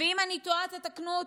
ואם אני טועה תתקנו אותי.